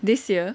this year